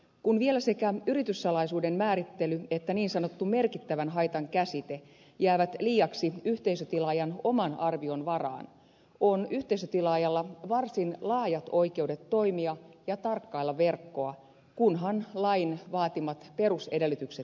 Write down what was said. kun vielä sekä yrityssalaisuuden määrittely että niin sanottu merkittävän haitan käsite jäävät liiaksi yhteisötilaajan oman arvion varaan on yhteisötilaajalla varsin laajat oikeudet toimia ja tarkkailla verkkoa kunhan lain vaatimat perusedellytykset täytetään